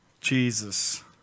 jesus